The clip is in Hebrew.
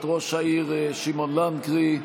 את ראש העיר שמעון לנקרי,